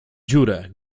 dziurę